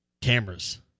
Cameras